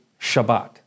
Shabbat